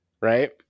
right